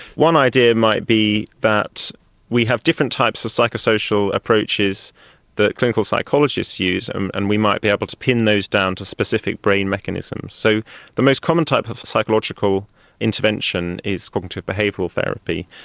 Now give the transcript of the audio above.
one idea might be that we have different types of psychosocial approaches that clinical psychologists use and and we might be able to pin those down to specific brain mechanisms. so the most common type of psychological intervention is cognitive behavioural therapy.